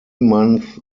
month